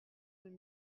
deux